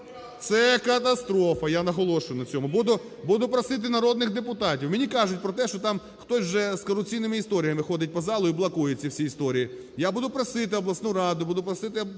Це катастрофа, я наголошую на цьому. Буду просити народних депутатів. Мені кажуть про те, що там хтось вже з корупційними історіями ходить по залу і блокує ці всі історії. Я буду просити обласну раду, буду просити